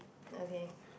okay